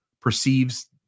perceives